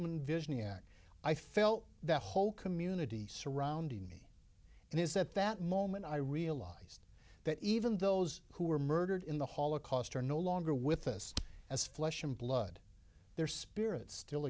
man visioning at i felt the whole community surrounding me and is at that moment i realized that even those who were murdered in the holocaust are no longer with us as flesh and blood their spirits still